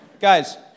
Guys